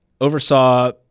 oversaw